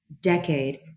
decade